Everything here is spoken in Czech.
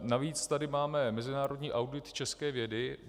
Navíc tady máme mezinárodní audit české vědy.